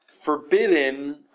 forbidden